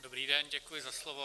Dobrý den, děkuji za slovo.